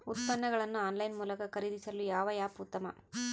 ಉತ್ಪನ್ನಗಳನ್ನು ಆನ್ಲೈನ್ ಮೂಲಕ ಖರೇದಿಸಲು ಯಾವ ಆ್ಯಪ್ ಉತ್ತಮ?